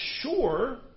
sure